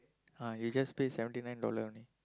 ah you just pay seventy nine dollar only